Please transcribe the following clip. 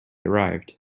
arrived